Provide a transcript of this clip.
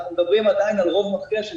אנחנו מדברים עדיין על רוב מכריע של